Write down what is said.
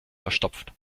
verstopft